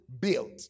built